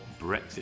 Brexit